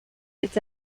its